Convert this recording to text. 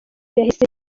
yahise